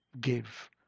give